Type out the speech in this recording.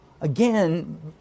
again